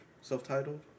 self-titled